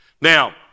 Now